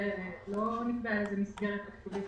ולא נקבעה איזו מסגרת תקציבית